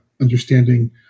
understanding